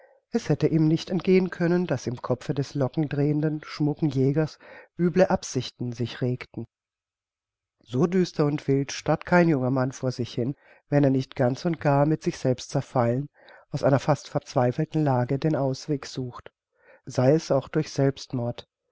es hätte ihm nicht entgehen können daß im kopfe des lockendrehenden schmucken jägers üble absichten sich regten so düster und wild starrt kein junger mann vor sich hin wenn er nicht ganz und gar mit sich selbst zerfallen aus einer fast verzweifelten lage den ausweg sucht sei es auch durch selbstmord